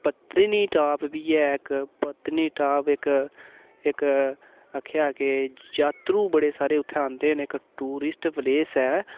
पत्नीटाप बी ऐ इक पत्नीटाप इक इक आखेआ के जात्तरू बड़े सारे उत्थें आंदे इक टूरिस्ट प्लेस ऐ